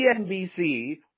CNBC